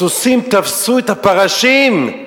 הסוסים תפסו את הפרשים,